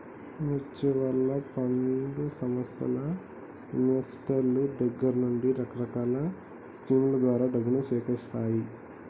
mutual fund సంస్థలు ఇన్వెస్టర్ల దగ్గర నుండి రకరకాల స్కీముల ద్వారా డబ్బును సేకరిత్తాయి